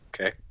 Okay